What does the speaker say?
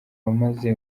wamaze